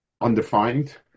undefined